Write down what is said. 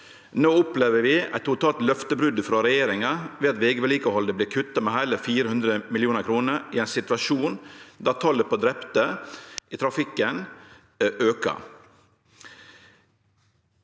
Nå opplever vi eit totalt løftebrot frå regjeringa ved at vegvedlikehaldet blir kutta med heile 400 mill. kr i ein situasjon der talet på drepne i trafikken per